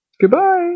goodbye